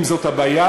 אם זאת הבעיה,